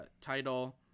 Title